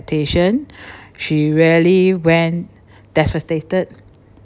expectation she really went devastated